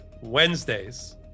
Wednesdays